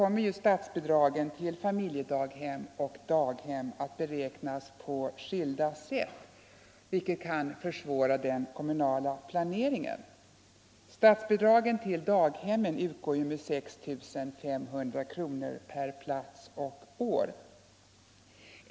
Men statsbidragen till familjedaghem och daghem kommer fortfarande att beräknas på skilda sätt, vilket kan försvåra den kommunala planeringen. Statsbidraget till daghem utgår nu med 6 500 kronor per plats och år.